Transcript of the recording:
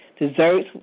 Desserts